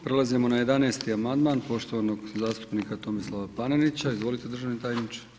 Prelazimo na 11. amandman poštovanog zastupnika Tomislava Panenića, izvolite državni tajniče.